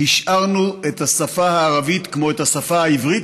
השארנו את השפה הערבית, כמו את השפה העברית,